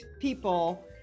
people